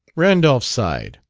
randolph sighed.